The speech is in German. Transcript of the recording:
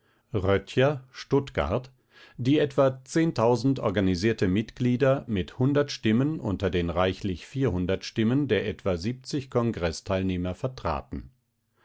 röttcher stuttgart die etwa organisierte mitglieder mit hundert stimmen unter den reichlich stimmen der etwa kongreßteilnehmer vertraten